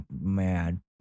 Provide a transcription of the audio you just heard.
Mad